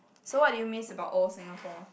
so what do you miss about old Singapore